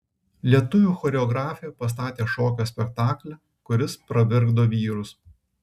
lietuvių choreografė pastatė šokio spektaklį kuris pravirkdo vyrus